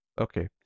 okay